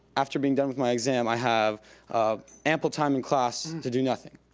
after being done with my exam, i have ample time in class to do nothing.